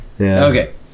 Okay